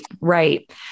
Right